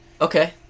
Okay